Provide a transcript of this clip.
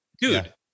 dude